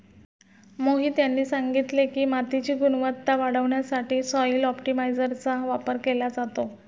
मोहित यांनी सांगितले की, मातीची गुणवत्ता वाढवण्यासाठी सॉइल ऑप्टिमायझरचा वापर केला जातो